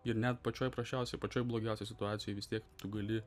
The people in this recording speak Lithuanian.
ir net pačioj prasčiausioj pačioj blogiausioj situacijoj vis tiek tu gali